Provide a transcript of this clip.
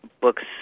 books